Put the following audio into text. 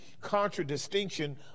contradistinction